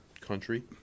country